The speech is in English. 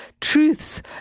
truths